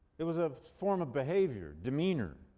it was a form of behavior, demeanor.